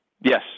Yes